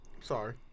Sorry